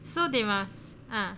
so they must ah